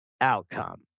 outcome